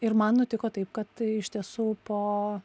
ir man nutiko taip kad iš tiesų po